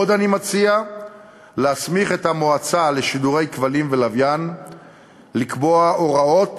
עוד אני מציע להסמיך את המועצה לשידורי כבלים ולוויין לקבוע הוראות